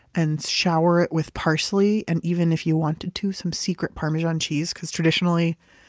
and shower it with parsley, and even if you wanted to some secret parmesan cheese. because traditionally,